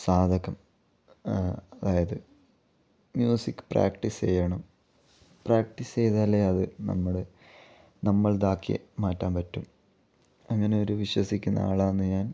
സാധകം അതായത് music practice ചെയ്യണം പ്രാക്ടീസ് ചെയ്താലേ അത് നമ്മൾ നമ്മൾതാക്കിയ മാറ്റാൻ പറ്റൂ അങ്ങനെ ഒരു വിശ്വസിക്കുന്ന ആളാണ് ഞാൻ